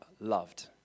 loved